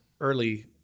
early